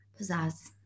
pizzazz